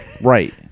Right